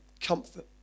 comfort